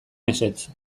ezetz